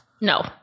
No